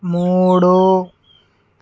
మూడు